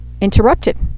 interrupted